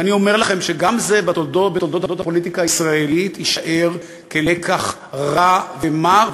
ואני אומר לכם שגם זה בתולדות הפוליטיקה הישראלית יישאר כלקח רע ומר,